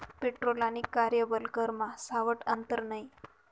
petrol आणि कार्यबल करमा सावठं आंतर नै